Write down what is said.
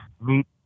meet